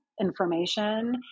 information